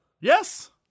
Yes